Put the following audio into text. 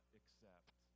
accept